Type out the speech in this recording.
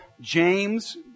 James